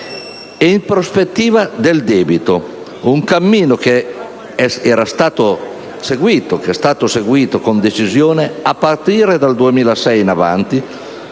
in prospettiva del debito, un cammino che era stato seguito con decisione a partire dal 2006 in avanti,